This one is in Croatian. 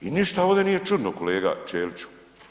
I ništa ovdje nije čudno, kolega Ćeliću.